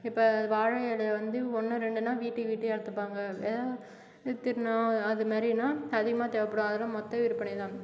இப்போ வாழை இல ஒன்றும் ரெண்டுனால் வீட்டு வீட்டிலே அறுத்துப்பாங்க விற்றுடணும் அது மாதிரினா அதிகமாக தேவைப்படும் அதெலாம் மொத்த விற்பனை தான்